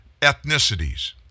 ethnicities